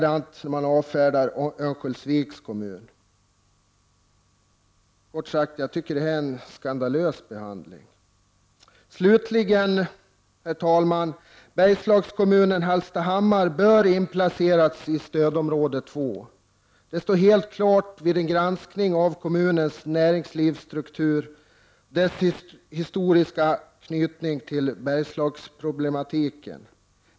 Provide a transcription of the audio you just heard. På samma sätt avfärdar man också argumenten från Örnsköldsviks kommun. Det är kort sagt en skandalös behandling. Slutligen bör Bergslagskommunen Hallstahammar inplaceras i stödområde 2. Det står helt klart vid en granskning av kommunens näringslivsstruktur och dess historiska knytning till Bergslagsproblematiken.